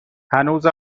هنوز